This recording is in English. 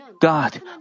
God